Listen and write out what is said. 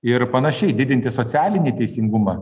ir panašiai didinti socialinį teisingumą